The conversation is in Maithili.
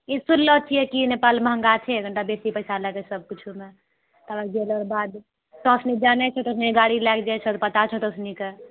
ई सुनलो छियै कि नेपाल महङ्गा छै कनीटा बेसी पैसा सब किछोमे ताबत गेलोकऽ बाद